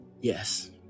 Yes